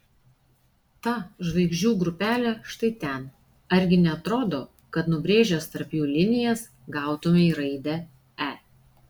ta žvaigždžių grupelė štai ten argi neatrodo kad nubrėžęs tarp jų linijas gautumei raidę e